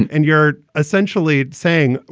and and you're essentially saying,